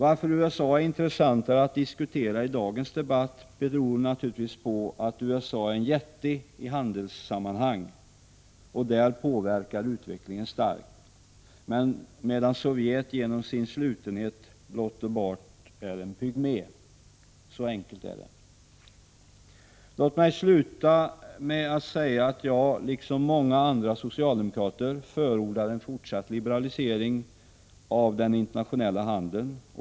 Att USA är intressantare att diskutera i dagens debatt beror naturligtvis på att USA är en jätte i handelssammanhang och där påverkar utvecklingen starkt, medan Sovjet genom sin slutenhet blott och bart är en pygmé. Så enkelt är det. Låt mig sluta med att säga att jag liksom många andra socialdemokrater förordar en fortsatt liberalisering av den internationella handeln.